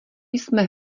jsme